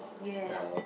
ya